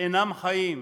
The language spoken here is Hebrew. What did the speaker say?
אינם חיים.